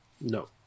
No